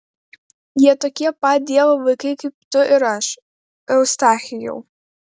jie tokie pat dievo vaikai kaip tu ir aš eustachijau